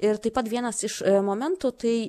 ir taip pat vienas iš momentų tai